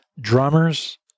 drummers